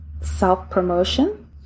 self-promotion